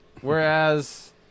Whereas